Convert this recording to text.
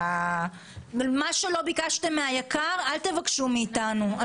--- מה שלא ביקשתם מהיק"ר אל תבקשו מאתנו,